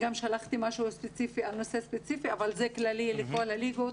שלחתי לוועדה גם משהו ספציפי על נושא ספציפי אבל זה כללי לכל הליגות.